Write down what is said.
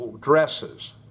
dresses